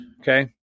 okay